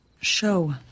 Show